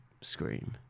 scream